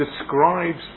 describes